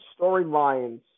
storylines